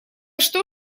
что